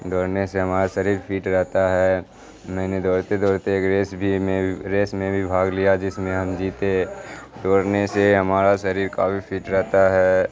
دوڑنے سے ہمارا شریر فٹ رہتا ہے میں نے دوڑتے دوڑتے ایک ریس بھی میں ریس میں بھی بھاگ لیا جس میں ہم جیتے دوڑنے سے ہمارا شریر کافی فٹ رہتا ہے